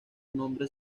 nombres